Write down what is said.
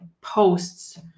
posts